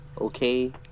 okay